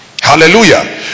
Hallelujah